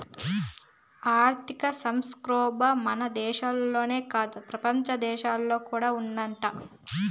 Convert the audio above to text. ఆర్థిక సంక్షోబం మన దేశంలోనే కాదు, పెపంచ దేశాల్లో కూడా ఉండాదట